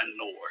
lord